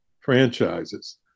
franchises